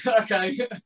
okay